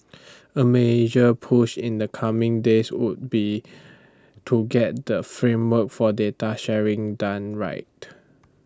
A major push in the coming days would be to get the framework for data sharing done right